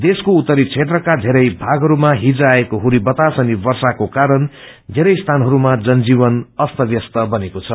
देशको उत्तरी क्षेत्रका धेरै भागहरूमा हिज आएको हुरी बतास अनि वर्षाको कारण वेरै स्थानहरूमा जन जीवन अस्तब्यस्त बनेको छ